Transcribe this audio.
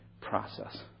process